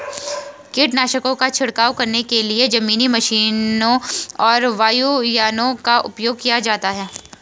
कीटनाशकों का छिड़काव करने के लिए जमीनी मशीनों और वायुयानों का उपयोग किया जाता है